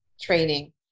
training